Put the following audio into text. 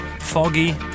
foggy